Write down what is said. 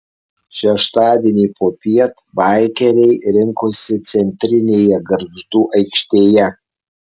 šeštadienį popiet baikeriai rinkosi centrinėje gargždų aikštėje